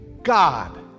God